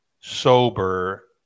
sober